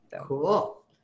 Cool